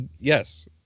Yes